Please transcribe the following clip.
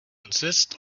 insist